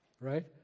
right